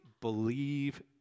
believe